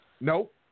Nope